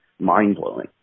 mind-blowing